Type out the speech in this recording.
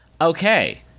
Okay